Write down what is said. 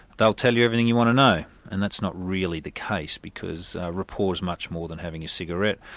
they'll tell you everything you want to know. and that's not really the case because rapport is much more than having a cigarette.